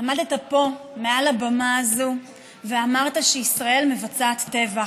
עמדת פה מעל הבמה הזאת ואמרת שישראל מבצעת טבח.